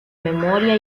memoria